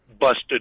busted